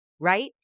right